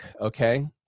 Okay